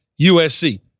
USC